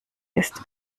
ist